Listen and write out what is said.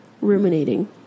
ruminating